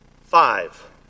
five